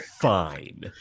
fine